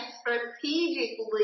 strategically